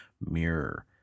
Mirror